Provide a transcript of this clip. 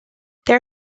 their